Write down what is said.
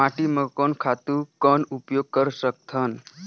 माटी म कोन खातु कौन उपयोग कर सकथन?